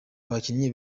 abakinnyi